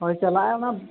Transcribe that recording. ᱦᱳᱭ ᱪᱟᱞᱟᱜ ᱟᱭ ᱚᱱᱟ